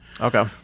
Okay